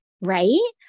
right